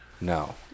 No